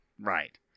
Right